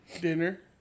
Dinner